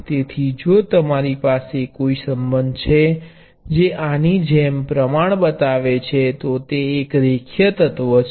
તેથી જો તમારી પાસે કોઈ સંબંધ છે જે આની જેમ પ્રમાણ બતાવે છે તો તે એક રેખીય એલિમેન્ટ છે